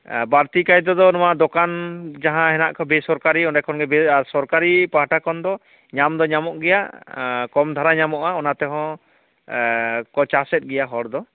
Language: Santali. ᱵᱟᱹᱲᱛᱤ ᱠᱟᱭᱛᱮᱫᱚ ᱱᱚᱣᱟ ᱫᱚᱠᱟᱱ ᱡᱟᱦᱟᱸ ᱦᱮᱱᱟᱜ ᱠᱚ ᱵᱮᱥᱚᱨᱠᱟᱨᱤ ᱚᱸᱰᱮ ᱠᱷᱚᱱᱜᱮ ᱵᱮᱥ ᱟᱨ ᱥᱚᱨᱠᱟᱨᱤ ᱯᱟᱦᱴᱟ ᱠᱷᱚᱱ ᱫᱚ ᱧᱟᱢ ᱫᱚ ᱧᱟᱢᱚᱜ ᱜᱮᱭᱟ ᱠᱚᱢ ᱫᱷᱟᱨᱟ ᱧᱟᱢᱚᱜᱼᱟ ᱚᱱᱟ ᱛᱮᱦᱚᱸ ᱠᱚᱪᱟ ᱥᱮᱫ ᱜᱮᱭᱟ ᱦᱚᱨ ᱫᱚ